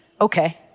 Okay